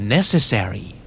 Necessary